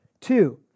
two